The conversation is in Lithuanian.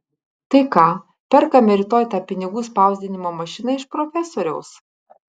tai ką perkame rytoj tą pinigų spausdinimo mašiną iš profesoriaus